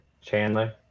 Chandler